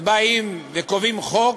ובאים וקובעים חוק,